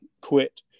quit